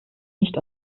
nicht